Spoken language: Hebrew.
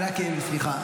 --- סליחה,